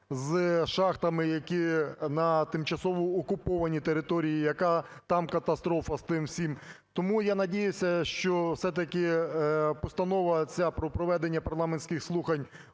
з шахтами, які на тимчасово окупованій території, яка там катастрофа з тим всім. Тому я надіюся, що все-таки Постанова ця про проведення парламентських слухань